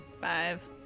Five